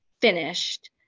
finished